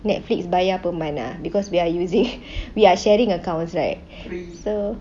Netflix bayar per month lah because we are using we are sharing accounts right so